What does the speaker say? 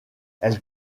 elle